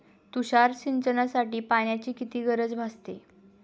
तुषार सिंचनासाठी पाण्याची किती गरज भासते?